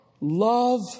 love